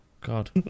God